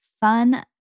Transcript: fun